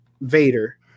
Vader